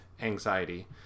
anxiety